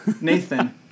Nathan